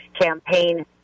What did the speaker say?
campaign